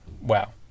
Wow